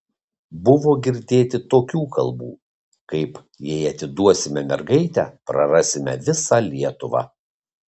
buvo girdėti tokių kalbų kaip jei atiduosime mergaitę prarasime visą lietuvą